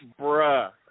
Bruh